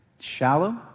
shallow